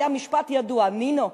היה משפט ידוע: נינו,